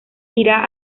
irá